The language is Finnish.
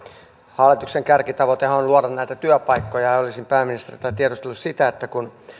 hallituksen kärkitavoitehan on luoda työpaikkoja ja ja olisin pääministeriltä tiedustellut sitä että kun